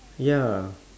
ya